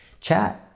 Chat